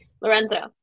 lorenzo